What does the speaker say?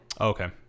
Okay